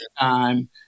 time